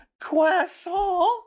croissant